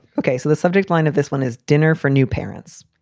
ok. so the subject line of this one is dinner for new parents,